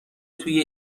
توی